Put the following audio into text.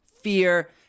Fear